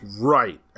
Right